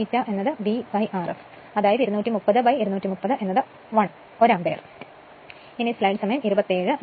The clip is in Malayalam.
∅ V Rf അതായത് 230 230 1 ആമ്പിയർ